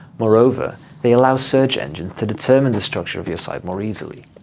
moreover, they allow search engines to determine the structure of your site more easily.